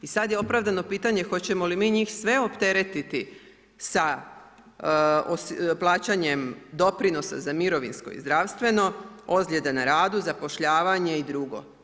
I sada je opravdano pitanje hoćemo li mi njih sve opteretiti sa plaćanje doprinosa za mirovinsko i zdravstveno, ozljeda na radu, zapošljavanje i drugo.